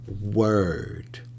word